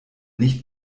nicht